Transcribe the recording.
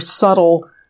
subtle